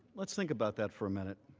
let's think about that for a minute.